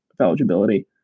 eligibility